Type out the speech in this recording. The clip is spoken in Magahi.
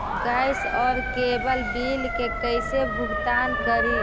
गैस और केबल बिल के कैसे भुगतान करी?